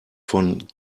von